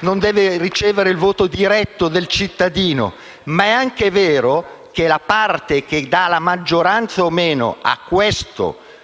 non deve ricevere il voto diretto dei cittadini, ma è anche vero che la parte che dà la maggioranza o meno all'attuale